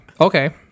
okay